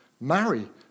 Marry